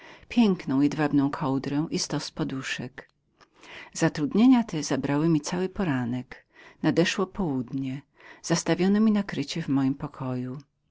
piękną jedwabną kołdrę i stós poduszek urządzenia te zabrały mi cały poranek nadeszło południe zastawiono mi nakrycie w moim pokoju